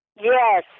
yes